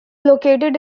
located